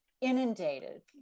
inundated